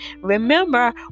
Remember